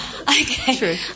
Okay